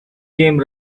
came